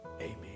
amen